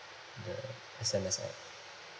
the S_M_S app